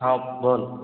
হ্যাঁ বল